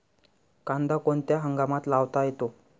कांदा कोणत्या हंगामात लावता येतो?